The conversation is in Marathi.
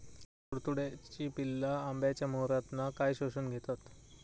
तुडतुड्याची पिल्ला आंब्याच्या मोहरातना काय शोशून घेतत?